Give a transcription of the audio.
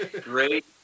Great